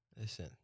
Listen